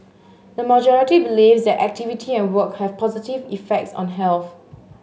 the majority believes that activity and work have positive effects on health